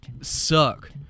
suck